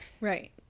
right